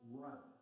run